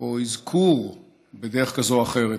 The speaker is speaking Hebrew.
או אזכור בדרך כזו או אחרת,